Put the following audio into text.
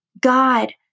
God